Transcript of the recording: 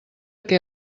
què